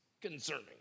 concerning